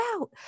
out